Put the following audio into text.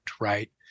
right